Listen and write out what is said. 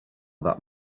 that